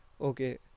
Okay